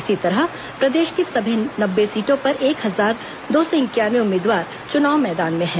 इस तरह प्रदेश की सभी नब्बे सीटों पर एक हजार दो सौ इंक्यानवे उम्मीदवार चुनाव मैदान में हैं